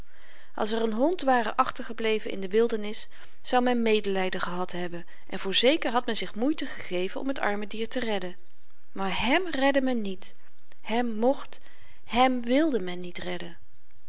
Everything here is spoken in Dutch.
als er n hond ware achtergebleven in de wildernis zou men medelyden gehad hebben en voorzeker had men zich moeite gegeven om t arme dier te redden maar hèm redde men niet hem mocht hèm wilde men niet redden